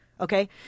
Okay